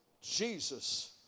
Jesus